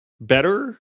better